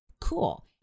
cool